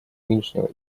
нынешнего